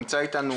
נמצא איתנו